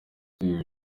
ibi